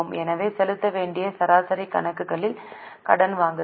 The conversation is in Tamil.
எனவே செலுத்த வேண்டிய சராசரி கணக்குகளில் கடன் வாங்குதல்